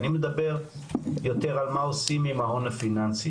אני מדבר יותר על מה עושים עם ההון הפיננסי